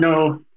no